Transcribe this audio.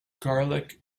garlic